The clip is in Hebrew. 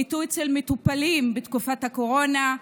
אצל מטופלים בתקופת הקורונה,